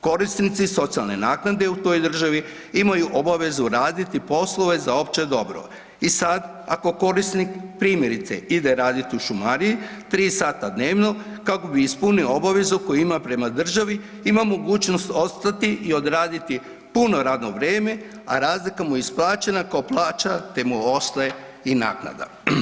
Korisnici socijalne naknade u toj državi imaju obavezu raditi poslove za opće dobro i sad ako korisnik, primjerice ide raditi u šumariji tri sata dnevno kako bi ispunio obavezu prema državi ima mogućnost ostati i odraditi puno radno vrijeme, a razlika mu je isplaćena kao plaća te mu ostaje i naknada.